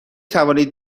توانید